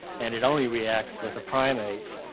and it only reacts with the primates.